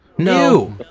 No